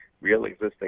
real-existing